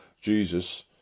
Jesus